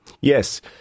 Yes